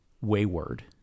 wayward